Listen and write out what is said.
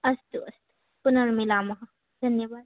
अस्तु अस् पुनर्मिलामः धन्यवादः